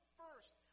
first